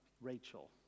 Rachel